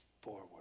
forward